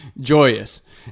joyous